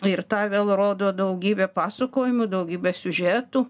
ir tą vėl rodo daugybė pasakojimų daugybė siužetų